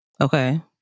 Okay